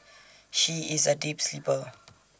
she is A deep sleeper